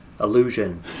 Illusion